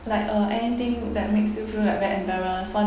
like uh anything that makes you feel like very embarrass want